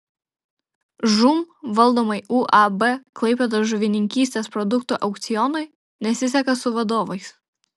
žūm valdomai uab klaipėdos žuvininkystės produktų aukcionui nesiseka su vadovais